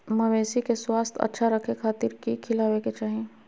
मवेसी के स्वास्थ्य अच्छा रखे खातिर की खिलावे के चाही?